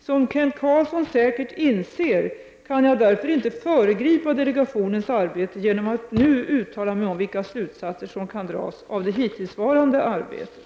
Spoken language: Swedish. Som Kent Carlsson säkert inser, kan jag därför inte föregripa delegationens arbete genom att nu uttala mig om vilka slutsatser som kan dras av det hittillsvarande arbetet.